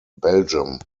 belgium